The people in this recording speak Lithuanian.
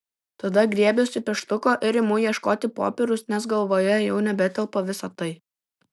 tada griebiuosi pieštuko ir imu ieškoti popieriaus nes galvoje jau nebetelpa visa tai